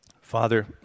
Father